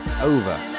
Over